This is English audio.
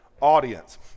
audience